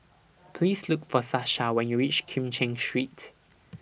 Please Look For Sasha when YOU REACH Kim Cheng Street